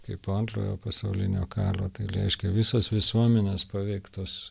kai po antrojo pasaulinio karo tai reiškia visos visuomenės paveiktos